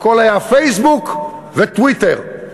הכול היה פייסבוק וטוויטר.